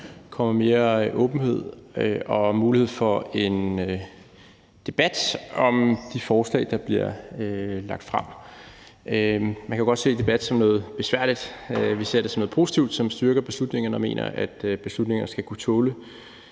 kommet mere åbenhed og mulighed for debat om de forslag, der bliver lagt frem. Man kan jo godt se debat som noget besværligt, men vi ser det som noget positivt, der styrker beslutninger, og vi mener, at beslutninger skal kunne tåle